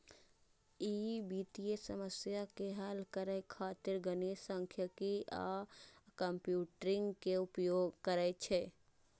ई वित्तीय समस्या के हल करै खातिर गणित, सांख्यिकी आ कंप्यूटिंग के उपयोग करै छै